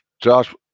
Josh